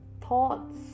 thoughts